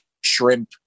shrimp